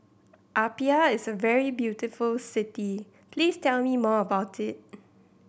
Apia is a very beautiful city please tell me more about it